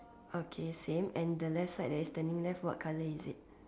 okay same and the left side that's turning left what colour is it